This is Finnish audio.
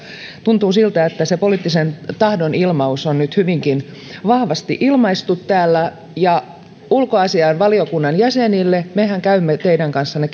tuntuu siltä että se poliittisen tahdon ilmaus on nyt hyvinkin vahvasti ilmaistu täällä ulkoasiainvaliokunnan jäsenille mehän käymme teidän kanssanne